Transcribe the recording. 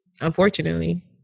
unfortunately